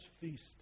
feast